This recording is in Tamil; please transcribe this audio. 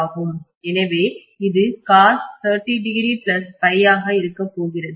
எனவே இது ஆக இருக்கப்போகிறது